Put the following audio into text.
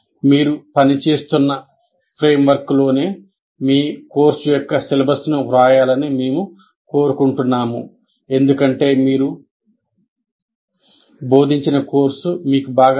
మీరు పనిచేస్తున్న ఫ్రేమ్వర్క్లోనే మీ కోర్సు యొక్క సిలబస్ను వ్రాయాలని మేము కోరుకుంటున్నాము ఎందుకంటే మీరు బోధించిన కోర్సు మీకు బాగా తెలుసు